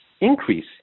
increase